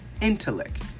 intellect